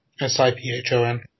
S-I-P-H-O-N